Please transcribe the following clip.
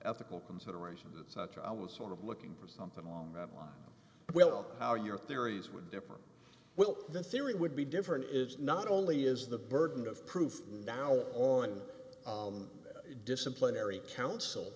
ethical considerations such i was sort of looking for something along that line will how your theories would differ well the theory would be different is not only is the burden of proof now on the disciplinary council